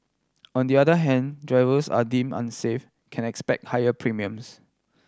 on the other hand drivers are deem unsafe can expect higher premiums